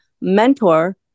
mentor